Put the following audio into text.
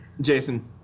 Jason